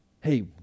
hey